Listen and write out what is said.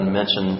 mention